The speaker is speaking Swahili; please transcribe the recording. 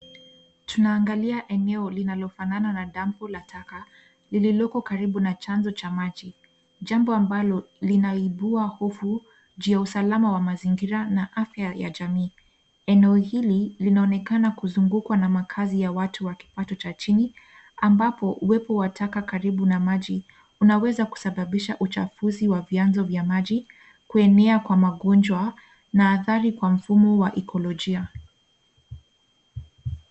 Tunaangalia eneo linalofanana na dampo la taka lililoko karibu na chanzo cha maji jambo ambalo linaibua hofu juu ya usalama wa mazingira na afya ya jamii. Eneo hili linaonekana kuzungukwa na makazi ya watu wa kipato cha chini ambapo uwepo wa taka karibu na maji unaweza kusababisha uchafuzi wa vyanzo vya maji kuenea kwa magonjwa na athari kwa mfumo wa ikolojia.